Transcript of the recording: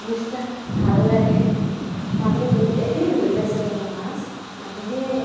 নিচা ভাল লাগে মানুহে যদি এদিন ধৰি পাইছে নহয় মাছ মানুহে